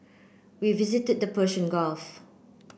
we visited the Persian Gulf